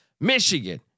Michigan